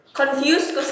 confused